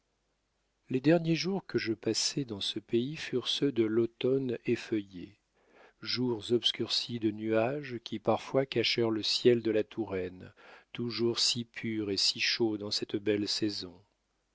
les derniers jours que je passai dans ce pays furent ceux de l'automne effeuillée jours obscurcis de nuages qui parfois cachèrent le ciel de la touraine toujours si pur et si chaud dans cette belle saison